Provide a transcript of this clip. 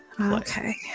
okay